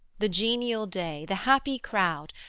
the genial day, the happy crowd,